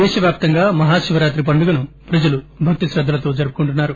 దేశవ్యాప్తంగా మహాశివరాత్రి పండుగను ప్రజలు భక్తిక్రద్దలతో జరుపుకుంటున్నారు